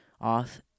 off